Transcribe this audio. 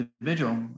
individual